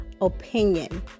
opinion